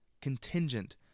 Contingent